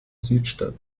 südstadt